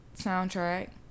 soundtrack